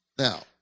Now